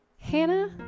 Hannah